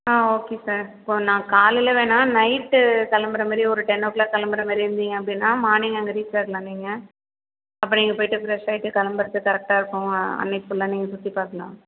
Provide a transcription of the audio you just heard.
ஆ okay sir இப்போ நான் காலையில வேணா நைட்டு கிளம்புறமாரி ஒரு டென்னோ க்ளாக் கிளம்புறமேரி இருந்தீங்க அப்படின்னா மார்னிங் அங்கே ரீச் ஆயிடலாம் நீங்கள் நீங்கள் அப்போ போய்விட்டு ஃபிரெஷ் ஆயிட்டு கிளம்பரத்துக்கு கரக்ட்டாக இருக்கும் அன்னைக்கு ஃபுல்லாக நீங்கள் சுற்றி பார்க்கலாம்